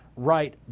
right